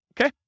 okay